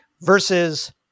versus